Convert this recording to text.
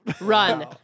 Run